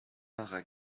para